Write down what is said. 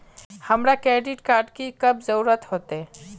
हमरा credit card की कब जरूरत होते?